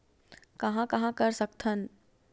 कहां कहां कर सकथन?